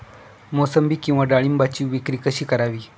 मोसंबी किंवा डाळिंबाची विक्री कशी करावी?